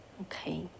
Okay